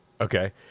okay